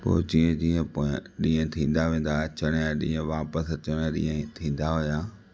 पोइ जीअं जीअं पोयां ॾींह थींदा वेंदा अचण जा ॾींह वापिस अचण जा ॾींह थींदा होया